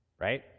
Right